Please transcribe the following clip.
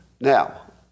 Now